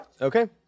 Okay